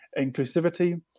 inclusivity